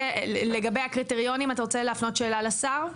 לגבי הקריטריונים, אתה רוצה להפנות שאלה לשר?